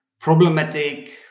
problematic